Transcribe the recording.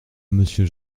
monsieur